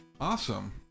awesome